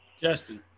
Justin